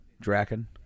Draken